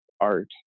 art